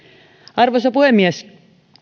arvoisa puhemies